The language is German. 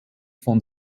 von